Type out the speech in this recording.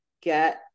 get